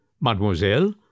Mademoiselle